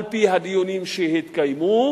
על-פי הדיונים שהתקיימו.